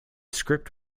script